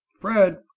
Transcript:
fred